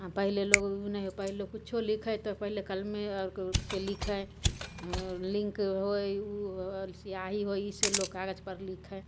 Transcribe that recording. पहिले लोग ओ नहि होइ पहिले कुछो लिखै तऽ पहिले कलमे से लिखै लिन्क होय ऊ सिआही होय ई से लोग कागज पर लिखै